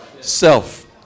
self